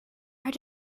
are